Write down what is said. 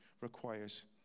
requires